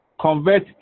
Convert